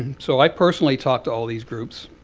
so i personally talked to all these groups.